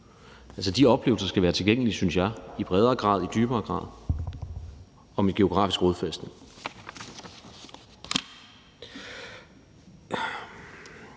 Altså, de oplevelser skal være tilgængelige, synes jeg, i bredere grad, i dybere grad og med geografisk rodfæstning.